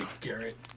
Garrett